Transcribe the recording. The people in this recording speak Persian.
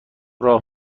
راه